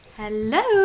hello